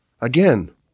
again